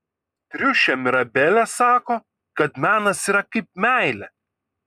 triušė mirabelė sako kad menas yra kaip meilė